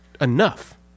enough